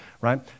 right